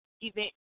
event